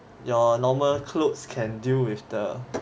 your normal clothes can deal with the